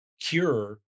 cure